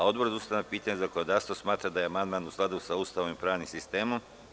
Odbor za ustavna pitanja i zakonodavstvo smatra da je amandman u skladu sa Ustavom i pravnim sistemom.